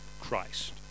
Christ